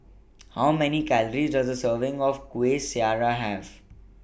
How Many Calories Does A Serving of Kuih Syara Have